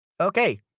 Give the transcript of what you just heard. Okay